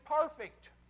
perfect